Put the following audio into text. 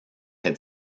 had